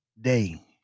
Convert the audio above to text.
day